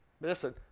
listen